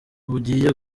bugiye